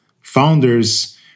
founders